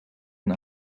een